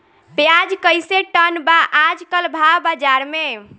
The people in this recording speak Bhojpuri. प्याज कइसे टन बा आज कल भाव बाज़ार मे?